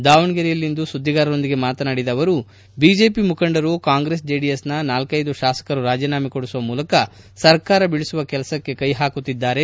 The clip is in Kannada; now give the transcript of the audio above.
ದಾವಣಗೆರೆಯಲ್ಲಿಂದು ಸುದ್ದಿಗಾರರೊಂದಿಗೆ ಮಾತನಾಡಿದ ಅವರು ಬಿಜೆಪಿ ಮುಖಂಡರು ಕಾಂಗ್ರೆಸ್ ಜೆಡಿಎಸ್ ನ ನಾಲ್ಲೆದು ಶಾಸಕರು ರಾಜೀನಾಮೆ ಕೊಡಿಸುವ ಮೂಲಕ ಸರ್ಕಾರ ಬೀಳಿಸುವ ಕೆಲಸಕ್ಕೆ ಕೈ ಹಾಕುತ್ತಿದ್ದಾರೆ